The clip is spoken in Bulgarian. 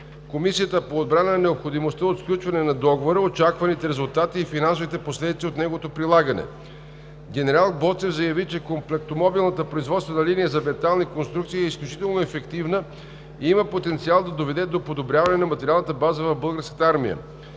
Комисията по отбрана необходимостта от сключване на договора, очакваните резултати и финансовите последици от неговото прилагане. Генерал Боцев заяви, че Комплектомобилната производствена линия за метални конструкции е изключително ефективна и има потенциал да доведе до подобряване на материалната база в Българската армия.